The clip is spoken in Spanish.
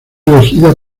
elegida